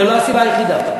זו לא הסיבה היחידה.